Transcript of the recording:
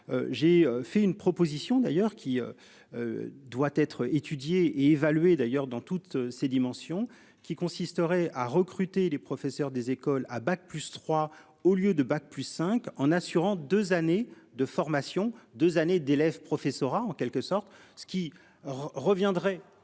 J'ai fait une proposition d'ailleurs qui. Doit être étudiée et évaluée d'ailleurs dans toutes ses dimensions qui consisterait à recruter les professeurs des écoles à bac plus 3 au lieu de bac plus 5, en assurant 2 années de formation deux années d'élèves professorat en quelque sorte ce qui. Reviendrait.